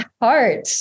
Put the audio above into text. heart